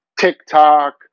TikTok